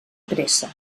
pressa